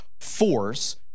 force